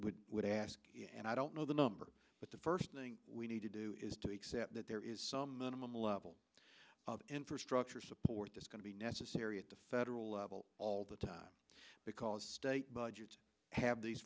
would would ask and i don't know the number but the first thing we need to do is to accept that there is some minimum level of infrastructure support that's going to be necessary at the federal level all the time because state budgets have these